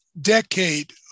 decade